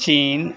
China